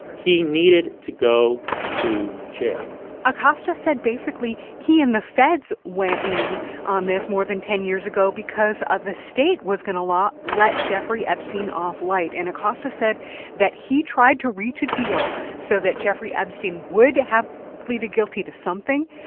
he needed to go to jail acosta said basically he and the feds went in on this more than ten years ago because the state was going to let jeffrey epstein off light. and acosta said that he tried to reach a deal so that jeffrey epstein would have pleaded guilty to something,